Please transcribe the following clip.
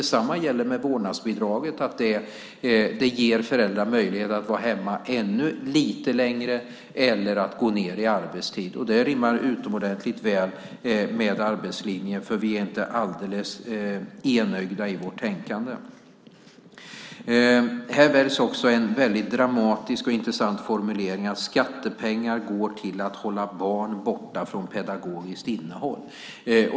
Detsamma gäller vårdnadsbidraget. Det ger föräldrar möjlighet att vara hemma ännu lite längre eller att gå ned i arbetstid. Det rimmar utomordentligt väl med arbetslinjen, för vi är inte alldeles enögda i vårt tänkande. Här väljs en väldigt dramatisk och intressant formulering om att skattepengar går till att hålla barn borta från pedagogiskt innehåll.